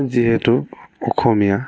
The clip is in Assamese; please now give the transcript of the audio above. যিহেতু অসমীয়া